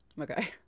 okay